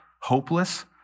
hopeless